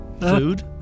Food